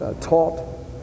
taught